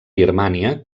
birmània